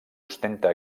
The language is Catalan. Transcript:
ostenta